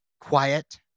quiet